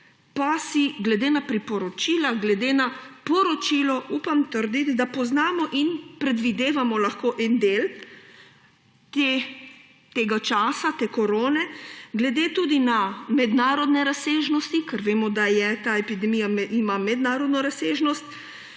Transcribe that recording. pa si glede na priporočila, glede na poročilo upam trditi, da poznamo in predvidevamo lahko en del tega časa, te korone, glede tudi na mednarodne razsežnosti, ker vemo, da ima ta epidemija mednarodno razsežnost,